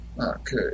Okay